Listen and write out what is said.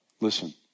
listen